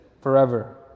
forever